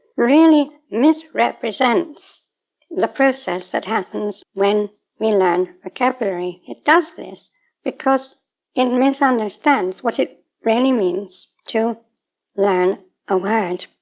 really misrepresents the process that happens when we learn vocabulary. it does this because it and misunderstands what it really means to learn a word.